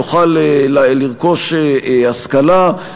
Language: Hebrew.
יוכל לרכוש השכלה,